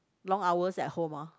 long hours at home ah